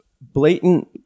blatant